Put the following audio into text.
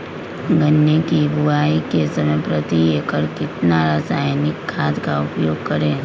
गन्ने की बुवाई के समय प्रति एकड़ कितना रासायनिक खाद का उपयोग करें?